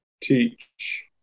teach